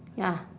ya